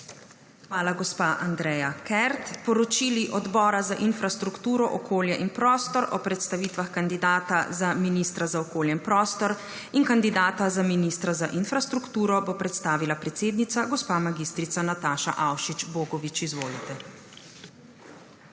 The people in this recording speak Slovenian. Hvala, gospa Andreja Kert. Poročili Odbora za infrastrukturo, okolje in prostor o predstavitvah kandidata za ministra za okolje in prostor ter kandidata za ministra za infrastrukturo bo predstavila predsednica gospa mag. Nataša Avšič Bogovič. Izvolite. **MAG.